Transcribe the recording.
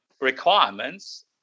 requirements